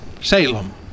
Salem